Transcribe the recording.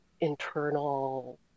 internal